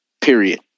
Period